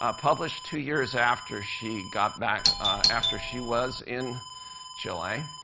ah published two years after she got back after she was in chile.